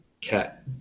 cat